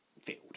field